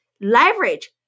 leverage